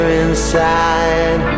inside